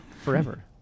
forever